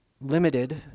limited